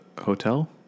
hotel